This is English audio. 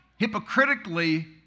hypocritically